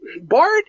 Bart